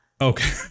Okay